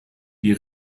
die